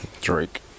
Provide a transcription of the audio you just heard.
Drake